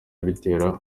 bitera